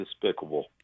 despicable